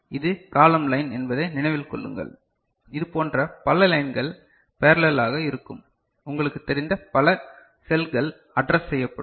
இது காலம் லைன் என்பதை நினைவில் கொள்ளுங்கள் இதுபோன்ற பல லைன்கள் பேரலல்லாக இருக்கும் உங்களுக்குத் தெரிந்த பல செல்கள் அட்ரஸ் செய்யப்படும்